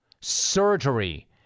Surgery